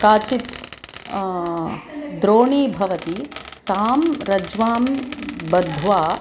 काचित् द्रोणी भवति तान् रज्ज्वां बध्वा